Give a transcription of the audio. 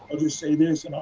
say this,